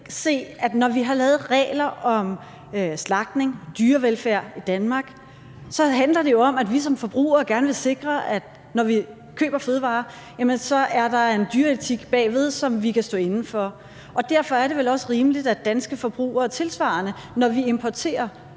se, at når vi har lavet regler om slagtning og dyrevelfærd i Danmark, handler det jo om, at vi som forbrugere gerne vil sikre os, at der, når vi køber fødevarer, er en dyreetik bag ved, som vi kan stå inde for? Derfor er det vel også rimeligt, at danske forbrugere tilsvarende, når vi importerer